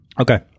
Okay